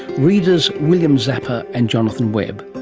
readers william zappa and jonathan webb.